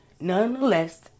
nonetheless